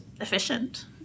efficient